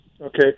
Okay